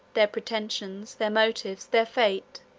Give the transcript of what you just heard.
their pretensions, their motives, their fate,